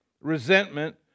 resentment